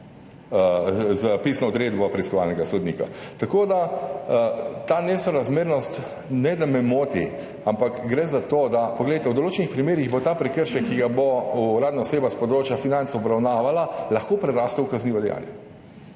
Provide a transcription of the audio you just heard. s pisno odredbo preiskovalnega sodnika. Ta nesorazmernost, ne da me moti, ampak gre za to, da … Poglejte, v določenih primerih bo ta prekršek, ki ga bo obravnavala uradna oseba s področja financ, lahko prerastel v kaznivo dejanje.